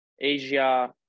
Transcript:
Asia